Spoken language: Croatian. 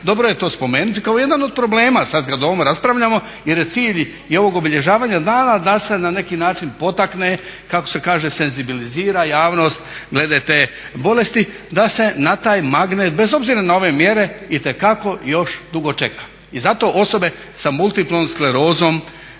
Dobro je to spomenuti kao jedan od problema sad kad o ovom raspravljamo jer je cilj i ovog obilježavanja dana da se na neki način potakne, kako se kaže senzibilizira javnost glede te bolesti, da se na taj magnet, bez obzira na ove mjere, itekako još dugo čeka i zato osobe sa multiplom sklerozom